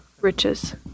riches